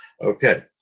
Okay